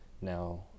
Now